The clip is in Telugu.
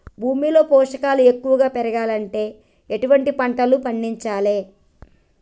భూమిలో పోషకాలు ఎక్కువగా పెరగాలంటే ఎటువంటి పంటలు పండించాలే?